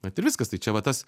vat ir viskas tai čia va tas